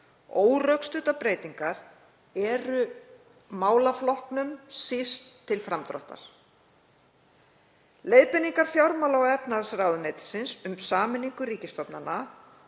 Órökstuddar breytingar eru málaflokknum síst til framdráttar. Leiðbeiningar fjármála- og efnahagsráðuneytisins um sameiningu ríkisstofnana